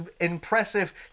impressive